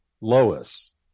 Lois